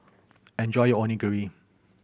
enjoy your Onigiri